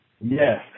Yes